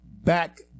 back